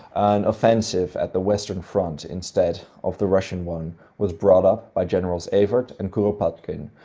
an offensive at the western front, instead of the russian one, was brought up by generals evert and kuropatkin,